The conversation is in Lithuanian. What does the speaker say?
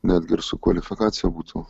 netgi ir su kvalifikacija būtų